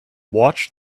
watch